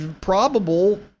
probable